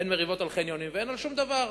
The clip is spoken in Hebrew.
אין מריבות על חניונים ואין על שום דבר,